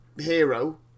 hero